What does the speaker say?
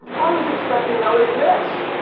i was expecting eliot ness.